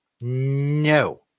No